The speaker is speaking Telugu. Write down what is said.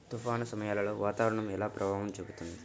తుఫాను సమయాలలో వాతావరణం ఎలా ప్రభావం చూపుతుంది?